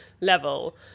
level